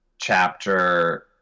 chapter